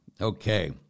okay